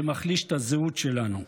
שמחליש את הזהות שלנו.